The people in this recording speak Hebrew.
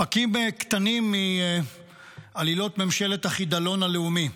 פרקים קטנים מעלילות ממשלת החידלון הלאומי.